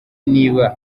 niba